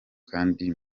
kandi